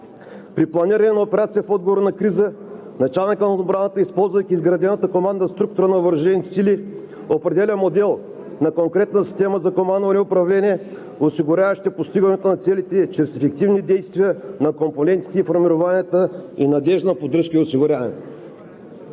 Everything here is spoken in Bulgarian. При планиране на операция в отговор на криза началникът на отбраната, използвайки изградената командна структура на въоръжените сили, определя модел на конкретна система за командване и управление, осигуряващи постигането на целите чрез ефективни действия на компонентите и формированията, и надеждна поддръжка и осигуряване.